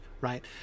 right